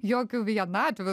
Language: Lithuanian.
jokių vienatvių